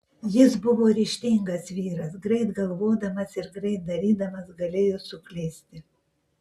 jis buvo ryžtingas vyras greit galvodamas ir greit darydamas galėjo suklysti